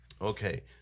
Okay